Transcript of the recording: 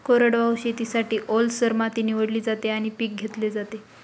कोरडवाहू शेतीसाठी, ओलसर माती निवडली जाते आणि पीक घेतले जाते